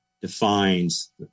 defines